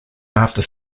after